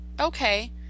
okay